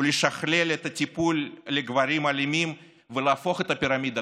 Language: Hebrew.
ולשכלל את הטיפול בגברים אלימים ולהפוך את הפירמידה.